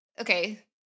okay